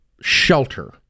shelter